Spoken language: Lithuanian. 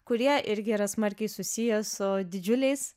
kurie irgi yra smarkiai susiję su didžiuliais